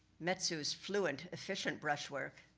metsu's fluent efficient brushwork,